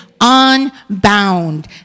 unbound